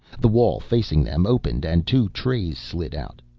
the wall facing them opened and two trays slid out.